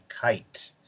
kite